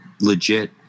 legit